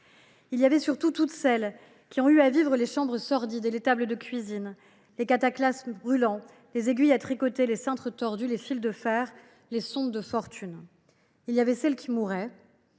Il y avait surtout toutes celles qui ont eu à vivre les chambres sordides et les tables de cuisine, les cataplasmes brûlants, les aiguilles à tricoter, les cintres tordus, les fils de fer, les sondes de fortune. Il y avait celles qui mouraient.